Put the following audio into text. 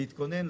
להתכונן,